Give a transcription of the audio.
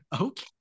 okay